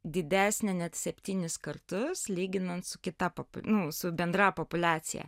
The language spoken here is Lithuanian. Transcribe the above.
didesnė net septynis kartus lyginant su kita nu su bendra populiacija